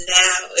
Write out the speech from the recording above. now